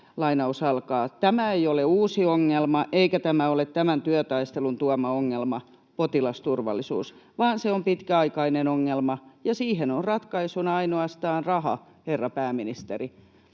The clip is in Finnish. ”Tämä ei ole uusi ongelma, eikä tämä ole tämän työtaistelun tuoma ongelma — potilasturvallisuus — vaan se on pitkäaikainen ongelma, ja siihen on ratkaisuna ainoastaan raha, herra pääministeri.”